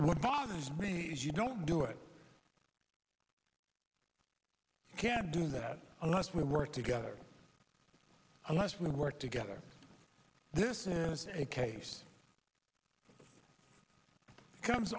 what bothers me is you don't do it you can't do that unless we work together unless we work together this is a case becomes